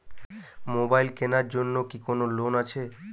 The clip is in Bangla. মোবাইল কেনার জন্য কি কোন লোন আছে?